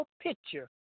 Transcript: picture